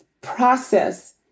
process